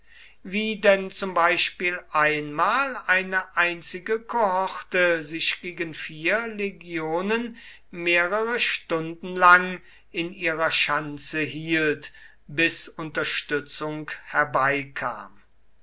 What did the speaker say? wie denn zum beispiel einmal eine einzige kohorte sich gegen vier legionen mehrere stunden lang in ihrer schanze hielt bis unterstützung herbeikam